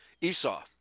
Esau